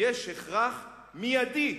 "יש הכרח מיידי